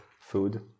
food